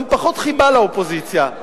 גם פחות חיבה לאופוזיציה,